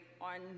on